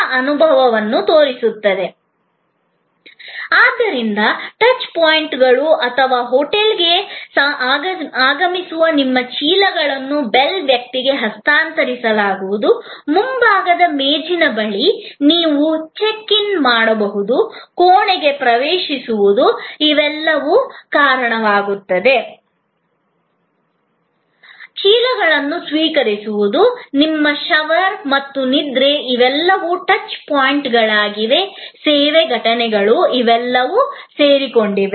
ಆದ್ದರಿಂದ ಟಚ್ ಪಾಯಿಂಟ್ಗಳು ಅಥವಾ ಹೋಟೆಲ್ಗೆ ಆಗಮಿಸುವುದು ನಿಮ್ಮ ಚೀಲಗಳನ್ನು ಬೆಲ್ ವ್ಯಕ್ತಿಗೆ ಹಸ್ತಾಂತರಿಸುವುದು ಮುಂಭಾಗದ ಮೇಜಿನ ಬಳಿ ನೀವು ಚೆಕ್ ಇನ್ ಮಾಡುವುದು ಕೋಣೆಗೆ ಪ್ರವೇಶಿಸುವುದು ಮತ್ತು ಚೀಲಗಳನ್ನು ಸ್ವೀಕರಿಸುವುದು ನಿಮ್ಮ ಶವರ್ ಮತ್ತು ನಿದ್ರೆ ಇವೆಲ್ಲವೂ ಸೇವಾ ಘಟನೆಗಳ ಟಚ್ ಪಾಯಿಂಟ್ಗಳಾಗಿವೆ